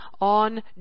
on